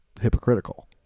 hypocritical